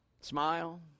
Smile